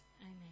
Amen